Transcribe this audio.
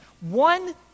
one